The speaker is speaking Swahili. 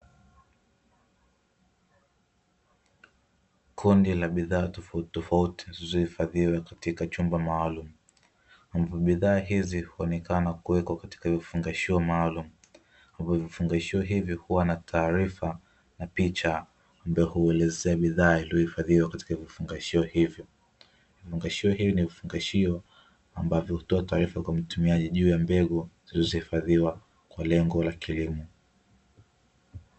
Kundi la bidhaa tofauti tofauti zilizohifadhiwa kwenye chumba maalumu ambapo bidhaa hizi huonekana kuwekwa katika vifungashio maalumu, vifungashio hivyo huwa na picha au taatifa maalumu ambayo huelezea bidhaa iliyowekwa katika vifungashio hivyo, vifungashio hivi hutoa taarifa kwa mtumiaji juu ya mbegu iliyohifadhiwa kwa ajili ya kilimo.